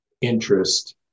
interest